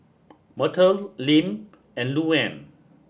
Myrtle Lim and Louann